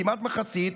כמעט מחצית,